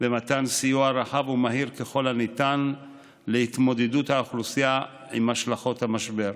במתן סיוע רחב ומהיר ככל הניתן להתמודדות האוכלוסייה עם השלכות המשבר.